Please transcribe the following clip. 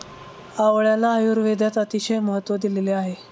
आवळ्याला आयुर्वेदात अतिशय महत्त्व दिलेले आहे